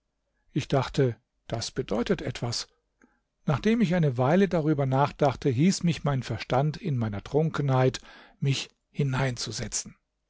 ich dachte das bedeutet etwas nachdem ich eine weile darüber nachdachte hieß mich mein verstand in meiner trunkenheit mich